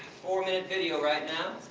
four minute video right now,